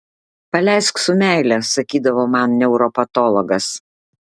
paleisk su meile sakydavo man neuropatologas